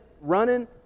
running